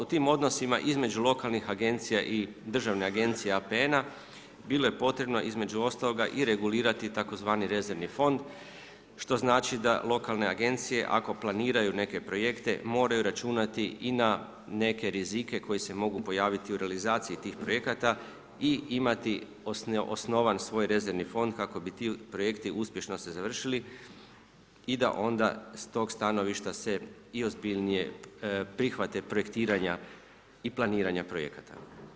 U tim odnosima između lokalnih agencija i Državne agencije APN-a bilo je potrebno između ostaloga i regulirati tzv. rezervni fond što znači da lokalne agencije ako planiraju neke projekte moraju računati i na neke rizike koji se mogu pojaviti u realizaciji tih projekata i imati osnovan svoj rezervni fond kako bi ti projekti uspješno se završili i da onda s tog stanovišta se ozbiljnije prihvate projektiranja i planiranje projekta.